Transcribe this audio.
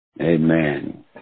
Amen